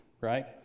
right